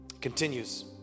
continues